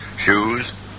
Shoes